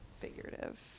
figurative